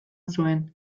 zuen